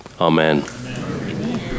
Amen